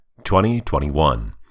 2021